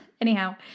anyhow